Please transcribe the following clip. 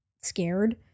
scared